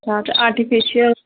art artificial